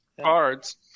cards